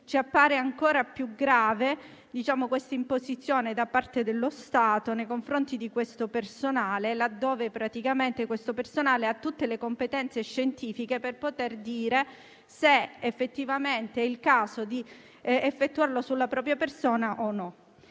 Ci appare ancora più grave questa imposizione da parte dello Stato laddove consideriamo che questo personale ha tutte le competenze scientifiche per poter dire se effettivamente è il caso di effettuarlo sulla propria persona o no.